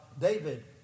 David